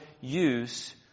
use